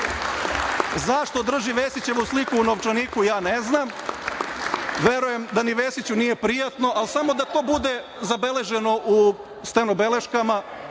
sali.Zašto drži Vesićevu sliku u novčaniku, ne znam. Verujem da ni Vesiću nije prijatno, ali samo da to bude zabeleženo u stenobeleškama,